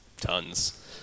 Tons